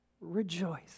rejoice